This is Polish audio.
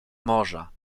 morza